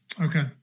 Okay